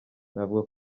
navuga